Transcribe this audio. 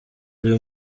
uri